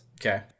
Okay